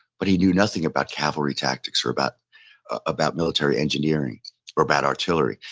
but he knew nothing about cavalry tactics or about about military engineering or about artillery.